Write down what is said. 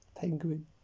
penguin